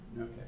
Okay